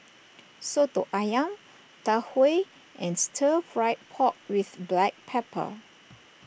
Soto Ayam Tau Huay and Stir Fried Pork with Black Pepper